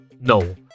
no